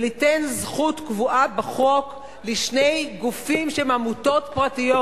וליתן זכות קבועה בחוק לשני גופים שהם עמותות פרטיות,